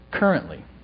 currently